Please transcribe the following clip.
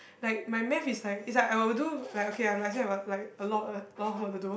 like my maths is like is like I will do like okay I'm let say like like a lot of a lot work to do